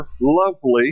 lovely